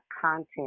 content